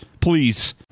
Please